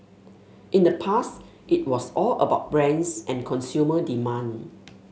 in the past it was all about brands and consumer demand